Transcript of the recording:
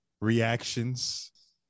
reactions